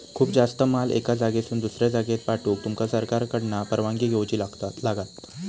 खूप जास्त माल एका जागेसून दुसऱ्या जागेक पाठवूक तुमका सरकारकडना परवानगी घेऊची लागात